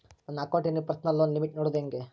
ನನ್ನ ಅಕೌಂಟಿನಲ್ಲಿ personal loan limit ನೋಡದು ಹೆಂಗೆ?